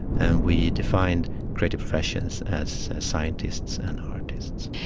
and we defined creative professions as scientists and artists.